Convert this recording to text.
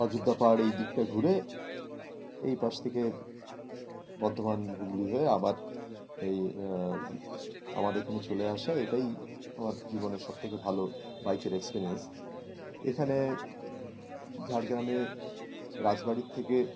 অযোধ্যা পাহাড় এই দিকটা ঘুরে এই পাশ থেকে বর্ধমান হুগলি হয়ে আবার এই আমার এখানে চলে আসা এটাই আমার জীবনের সব থেকে ভালো বাইকের এক্সপিরিয়েন্স এখানে ঝাড়গ্রামে রাজবাড়ির থেকে